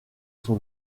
son